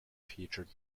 featured